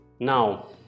Now